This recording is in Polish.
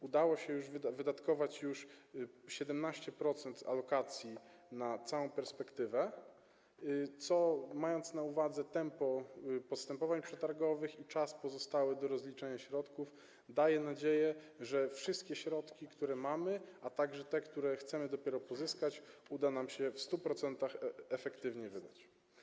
Udało się już wydatkować 17% alokacji na całą perspektywę, co, mając na uwadze tempo postępowań przetargowych i czas pozostały do rozliczenia środków, daje nadzieję, że wszystkie środki, które mamy, a także te, które chcemy dopiero pozyskać, uda nam się w 100% efektywnie wydać.